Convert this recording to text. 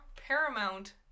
Paramount